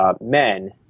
men